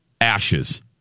ashes